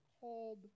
called